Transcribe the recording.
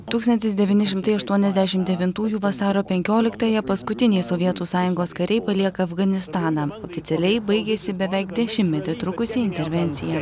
tūkstantis devyni šimtai aštuoniasdešimt devintųjų vasario penkioliktąją paskutiniai sovietų sąjungos kariai palieka afganistaną oficialiai baigėsi beveik dešimtmetį trukusi intervencija